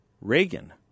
Reagan